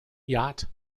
yacht